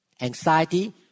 anxiety